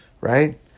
right